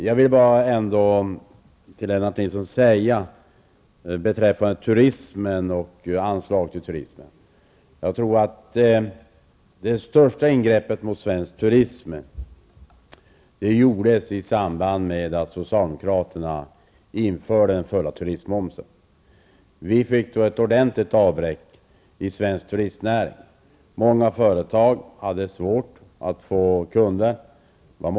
Jag vill bara säga ändå till Lennart Nilsson att det största angreppet mot svensk turism gjordes i samband med att socialdemokraterna införde den fulla turistmomsen. Då blev det ett ordentligt avbräck för svensk turistnäring. Många företag hade svårt att få kunder.